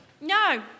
No